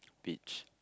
beach